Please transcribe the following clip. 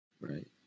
Right